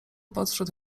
podszedł